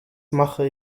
mache